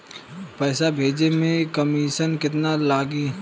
पैसा भेजे में कमिशन केतना लागि?